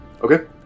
Okay